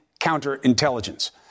counterintelligence